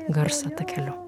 garso takeliu